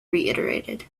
reiterated